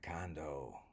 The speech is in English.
condo